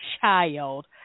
child